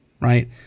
right